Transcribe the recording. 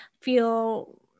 feel